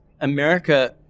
America